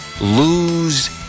lose